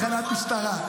וסרלאוף.